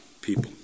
people